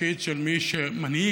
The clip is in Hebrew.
התפקיד של מי שמנהיג